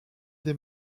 des